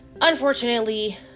unfortunately